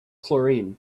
chlorine